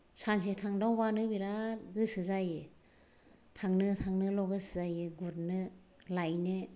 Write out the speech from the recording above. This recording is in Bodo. सानसे थांदावबानो बेराद गोसो जायो थांनो थांनोल' गोसो जायो गुरनो लायनो